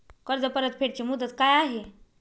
कर्ज परतफेड ची मुदत काय आहे?